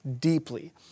deeply